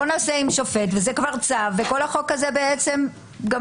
בואו נעשה עם שופט וזה כבר צו וכל החוק הזה בעצם גמרנו,